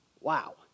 Wow